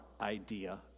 idea